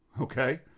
okay